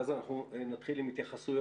ואז אנחנו נתחיל עם התייחסויות